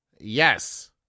Yes